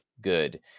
good